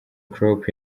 klopp